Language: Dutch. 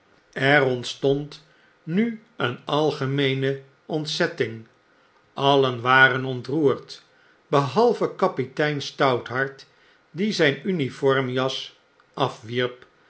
er ontstond nu een algemeene ontzetting allen waren ontroerd behalve kapitein stouthart die zfln uniform jas afwierp